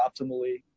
optimally